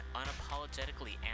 unapologetically